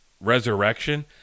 Resurrection